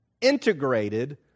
integrated